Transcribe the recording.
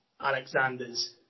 Alexander's